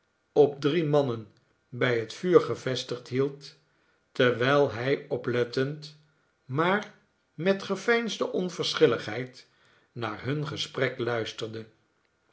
op drie mannen bij het vuur gevestigd hield terwijl hij oplettend maar met geveinsde onverschilligheid naar hun gesprek luisterde